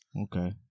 Okay